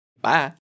Bye